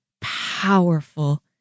powerful